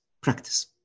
practice